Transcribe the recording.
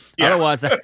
Otherwise